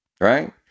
right